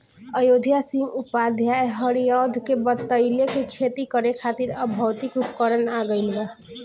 अयोध्या सिंह उपाध्याय हरिऔध के बतइले कि खेती करे खातिर अब भौतिक उपकरण आ गइल बा